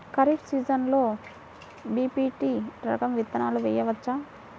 ఖరీఫ్ సీజన్లో బి.పీ.టీ రకం విత్తనాలు వేయవచ్చా?